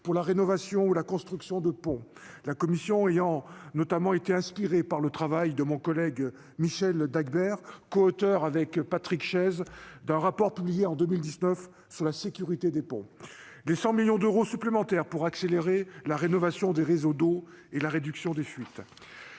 pour la rénovation ou la construction de ponts, la commission ayant notamment été inspirée par le travail de mon collègue Michel Dagbert, coauteur avec Patrick Chaize d'un rapport publié en 2019 sur la sécurité des ponts. Je salue de même les 100 millions d'euros supplémentaires débloqués pour accélérer la rénovation des réseaux d'eau et la réduction des fuites.